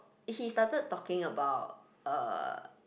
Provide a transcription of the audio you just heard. he started talking about uh